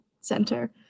Center